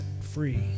free